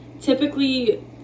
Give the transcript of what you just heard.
typically